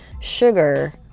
sugar